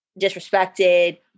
disrespected